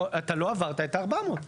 אתה לא עברת את ה-400.